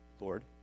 Lord